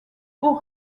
haut